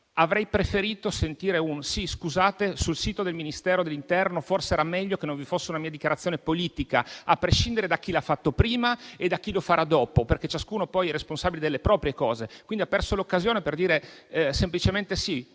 Avrei preferito sentire un «sì, scusate» sul sito del Ministero dell'interno e un «forse era meglio che non vi fosse una mia dichiarazione politica», a prescindere da chi l'ha fatto prima e da chi lo farà dopo, perché ciascuno poi è responsabile delle proprie cose. Quindi, il Ministro ha perso l'occasione per ammettere semplicemente che